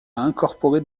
incorporé